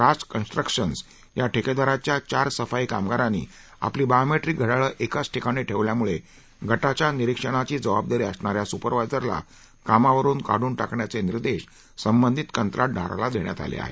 राज construction या ठेकेदाराच्या चार सफाई कामगारांनी आपली बायोमॅट्रीक घड्याळे एकाच ठिकाणी ठेवल्यामुळे गटाच्या निरीक्षणाची जबाबदारी असणा या सुपरवायझरला कामावरून काढून टाकण्याचे निर्देश संबंधित कंत्राटदाराला देण्यात आले आहेत